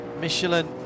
Michelin